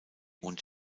und